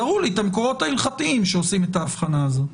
תראו לי את המקורות ההלכתיים שעושים את האבחנה הזאת.